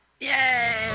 Yay